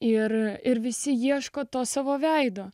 ir ir visi ieško to savo veido